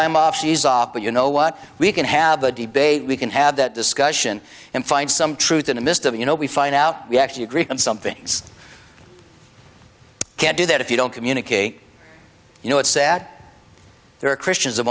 i'm off she's off but you know what we can have a debate we can have that discussion and find some truth in the midst of you know we find out we actually agree on some things can't do that if you don't communicate you know what sat there are christians